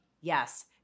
yes